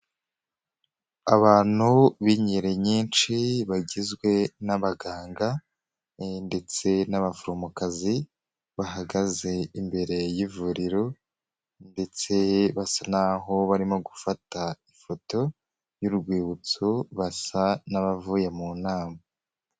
Abantu b'ingeri nyinshi bagizwe n'abaganga ndetse n'abaforomokazi, bahagaze imbere y'ivuriro ndetse basa naho barimo gufata ifoto y'urwibutso, basa n'abavuye mu nama.